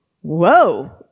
whoa